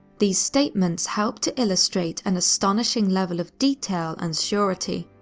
these statements help to illustrate an astonishing level of detail and surety.